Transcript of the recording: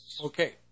Okay